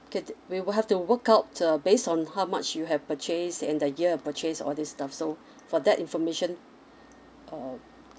K we will have to work out uh based on how much you have purchased and the year you purchased all these stuff so for that information um